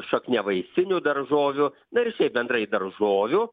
šakniavaisinių daržovių na ir šiaip bendrai daržovių